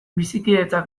bizikidetza